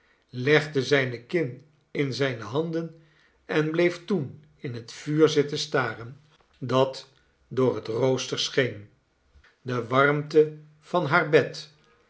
legde zijne kin in zijne handen en bleef toen in het vuur zitten staren dat door den rooster scheen de warmte van haar bed